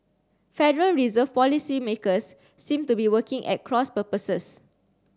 Federal Reserve policymakers seem to be working at cross purposes